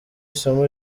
isomo